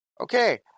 Okay